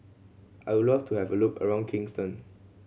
I would love to have a look around Kingston